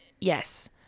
Yes